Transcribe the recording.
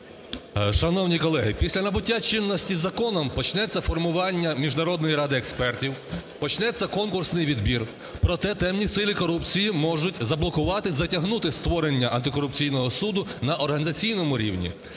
Шановні колеги, після набуття чинності законом почнеться формування Міжнародної ради експертів, почнеться конкурсний відбір, проте темні сили корупції можуть заблокувати, затягнути створення антикорупційного суду на організаційному рівні.